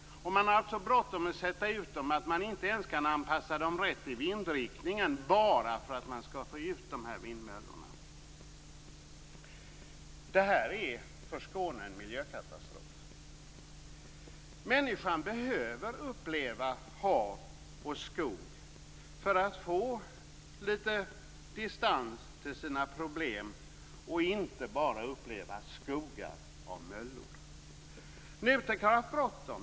Det har varit så bråttom med att sätta ut dem att man inte ens kan anpassa dem rätt i vindriktningen; detta bara för att få ut de här vindmöllorna. För Skåne är det här en miljökatastrof. Människan behöver uppleva hav och skog för att få litet distans till sina problem, inte bara uppleva skogar av möllor. NUTEK har haft bråttom.